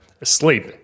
asleep